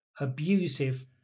abusive